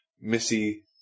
Missy